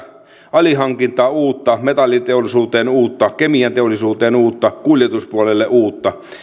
alihankintaan uutta metalliteollisuuteen uutta kemianteollisuuteen uutta kuljetuspuolelle uutta